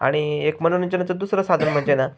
आणि एक मनोरंजनाचं दुसरं साधन म्हणजे ना